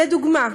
לדוגמה,